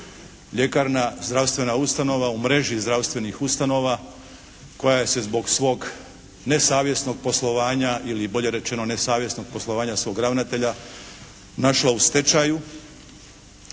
Ljekarna, zdravstvena ustanova u mreži zdravstvenih ustanova koja se zbog svog nesavjesnog poslovanja ili bolje rečeno